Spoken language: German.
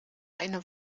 eine